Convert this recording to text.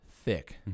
thick